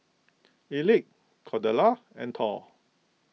Elick Cordella and Thor